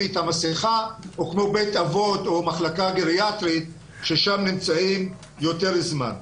את המסכה או כמו בית אבות או מחלקה גריאטרית שם נמצאים יותר זמן.